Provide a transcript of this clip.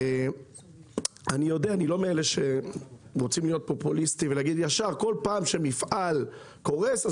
אני לא מאלה שרוצים להיות פופוליסטיים ולהגיד ישר כל פעם שמפעל קורס,